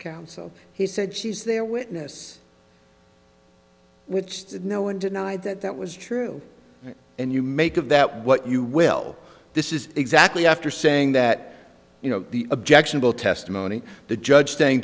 counsel he said she's their witness no one denied that that was true and you make of that what you will this is exactly after saying that you know the objectionable testimony the judge saying